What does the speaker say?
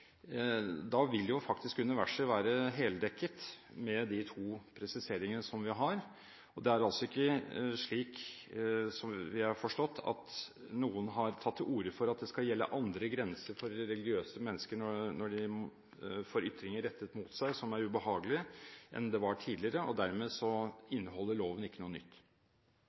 da vil jo faktisk universet være heldekket med de to presiseringene vi har. Det er altså ikke – slik vi har forstått det – slik at noen har tatt til orde for at det skal gjelde andre grenser for religiøse mennesker når de får ytringer rettet mot seg som er ubehagelige, enn det var tidligere, og dermed inneholder ikke loven noe nytt.